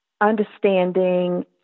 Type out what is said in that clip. understanding